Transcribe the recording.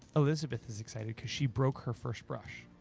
elizabeth is excited because she broke her first brush.